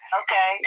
okay